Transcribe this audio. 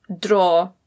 draw